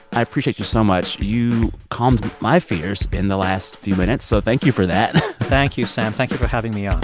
i appreciate you so much. you calmed my fears in the last few minutes, so thank you for that thank you, sam. thank you for having me on